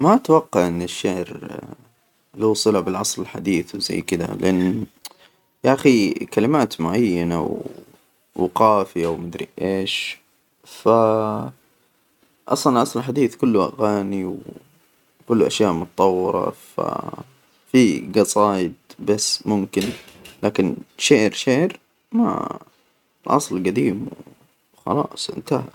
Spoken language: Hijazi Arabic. ما أتوقع إن الشعر له صلة بالعصر الحديث، وزي كده لإن يا أخي كلمات معينة وقافية ومدري إيش ف أصلا العصر الحديث، كله أغاني، وكله أشياء متطورة، ففي جصايد بس ممكن، لكن شير شير، ما العصر الجديم و- وخلاص انتهى.